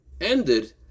ended